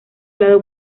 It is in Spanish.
lado